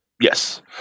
Yes